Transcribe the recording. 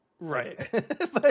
Right